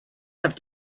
have